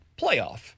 playoff